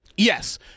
Yes